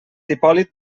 hipòlit